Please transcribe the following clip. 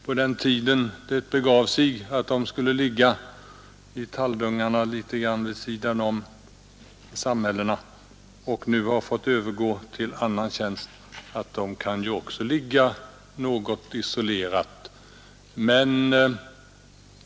På den tiden det begav sig skulle sanatorierna ligga i talldungarna litet vid sidan om samhällena. Nu har de fått övergå till annan tjänst och kan då också ligga något isolerat.